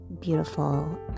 beautiful